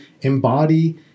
embody